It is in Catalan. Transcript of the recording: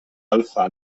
alfa